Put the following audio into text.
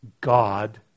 God